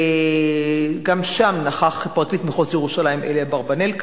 גם שם נכח פרקליט מחוז ירושלים אלי אברבנאל,